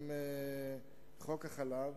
חוק החלב: